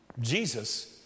Jesus